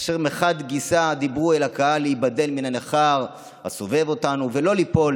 אשר מחד גיסא דיברו אל הקהל להיבדל מן הנכר הסובב אותנו ולא ליפול